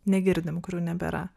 negirdim kurių nebėra